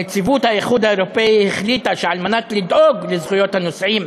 נציבות האיחוד האירופי החליטה שכדי לדאוג לזכויות הנוסעים,